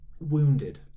wounded